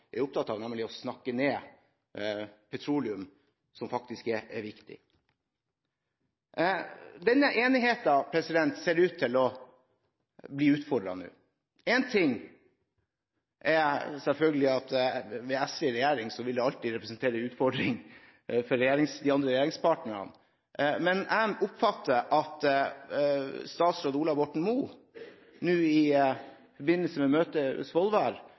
jeg dessverre ofte opplever at politikere, særlig representanter for venstresiden, er opptatt av – petroleum, som faktisk er viktig. Denne enigheten ser ut til å bli utfordret nå. Én ting er selvfølgelig at SV i regjering alltid vil representere en utfordring for de andre regjeringspartnerne. Men jeg oppfattet det slik at statsråd Ola Borten Moe i forbindelse med møtet i Svolvær